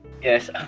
Yes